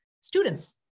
students